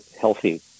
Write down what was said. healthy